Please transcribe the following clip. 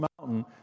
mountain